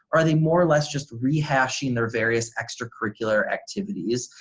are they more or less just rehashing their various extracurricular activities,